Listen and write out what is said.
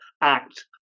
Act